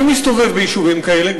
אני מסתובב ביישובים כאלה,